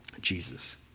Jesus